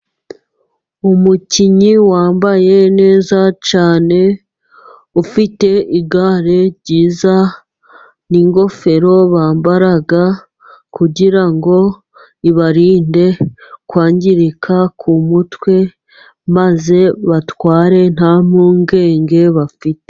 Umukinnyi wambaye neza cyane, ufite igare ryiza n'ingofero bambara kugira ngo ibarinde kwangirika ku mutwe, maze batware nta mpungenge bafite.